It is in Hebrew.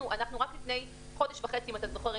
אנחנו רק לפני חודש וחצי אם אתה זוכר,